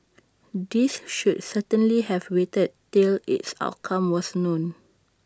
these should certainly have waited till its outcome was known